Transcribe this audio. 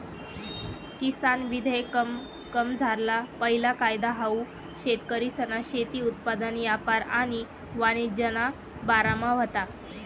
किसान विधेयकमझारला पैला कायदा हाऊ शेतकरीसना शेती उत्पादन यापार आणि वाणिज्यना बारामा व्हता